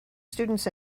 students